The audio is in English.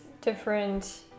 different